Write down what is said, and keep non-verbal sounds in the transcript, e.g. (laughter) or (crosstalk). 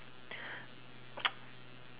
(noise)